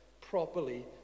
properly